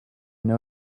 know